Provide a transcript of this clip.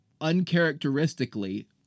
uncharacteristically